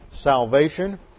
salvation